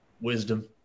wisdom